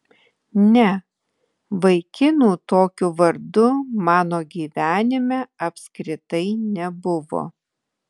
ne vaikinų tokiu vardu mano gyvenime apskritai nebuvo